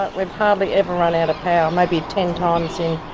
but we've hardly ever run out of power, maybe ten times